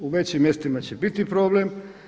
U većim mjestima će biti problem.